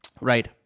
Right